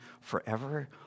forever